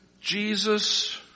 Jesus